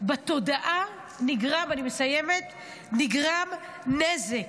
בתודעה נגרם, נגרם נזק.